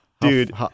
dude